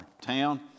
town